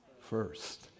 first